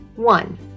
One